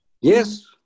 Yes